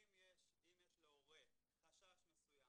אם יש להורה חשש מסוים,